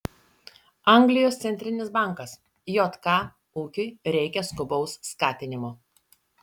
anglijos centrinis bankas jk ūkiui reikia skubaus skatinimo